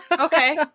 Okay